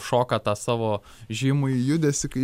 šoka tą savo žymųjį judesį kai